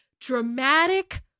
dramatic